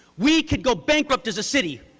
we could go bankrupt as a city.